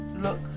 look